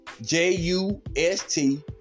j-u-s-t